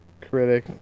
critic